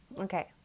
Okay